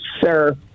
sir